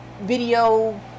video